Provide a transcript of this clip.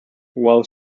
while